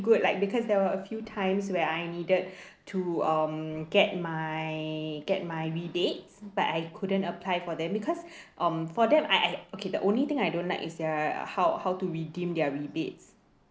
good like because there were a few times where I needed to um get my get my rebates but I couldn't apply for them because um for them I I okay the only thing I don't like is their how how to redeem their rebates